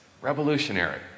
Revolutionary